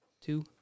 two